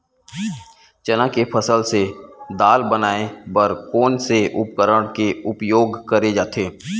चना के फसल से दाल बनाये बर कोन से उपकरण के उपयोग करे जाथे?